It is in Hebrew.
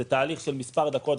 זה תהליך של מספר דקות,